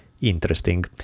interesting